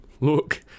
Look